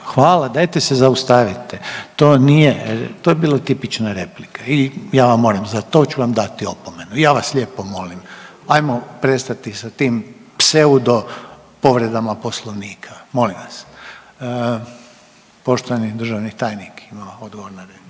hvala. Dajte se zaustavite! To je bila tipična replika i ja vam moram dati, za to ću vam dati opomenu. Ja vas lijepo molim hajmo prestati sa tim pseudo povredama Poslovnika, molim vas. Poštovani državni tajnik ima odgovor na